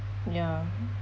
ya